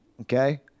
Okay